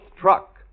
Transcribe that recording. truck